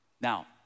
Now